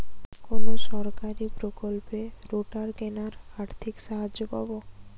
কোন সরকারী প্রকল্পে রোটার কেনার আর্থিক সাহায্য পাব?